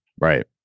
right